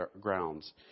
grounds